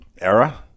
era